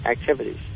activities